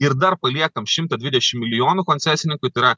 ir dar paliekam šimtą dvidešim milijonų koncesininkui tai yra